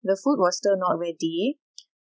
the food was still not ready